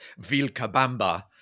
Vilcabamba